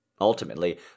Ultimately